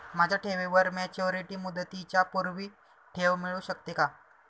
माझ्या ठेवीवर मॅच्युरिटी मुदतीच्या पूर्वी ठेव मिळू शकते का?